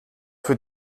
für